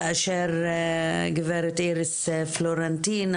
כאשר גברת איריס פלורנטין,